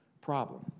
problem